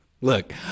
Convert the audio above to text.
Look